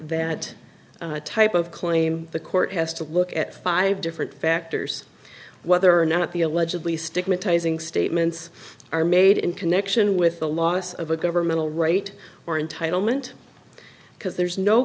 that type of claim the court has to look at five different factors whether or not the allegedly stigmatizing statements are made in connection with the loss of a governmental right or entitlement because there is no